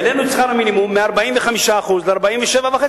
העלינו את שכר המינימום מ-45% ל-47.5%.